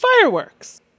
fireworks